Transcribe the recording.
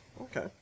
Okay